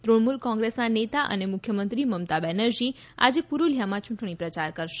તૃણમૂળ કોંગ્રેસના નેતા અને મુખ્યમંત્રી મમતા બેનરજી આજે પુરૂલીયામાં યૂંટણી પ્રચાર કરશે